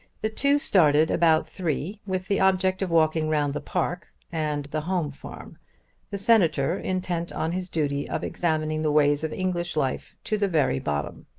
the two started about three with the object of walking round the park and the home farm the senator intent on his duty of examining the ways of english life to the very bottom.